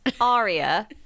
aria